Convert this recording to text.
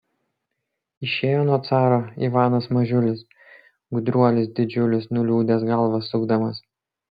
išėjo nuo caro ivanas mažiulis gudruolis didžiulis nuliūdęs galvą sukdamas